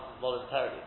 voluntarily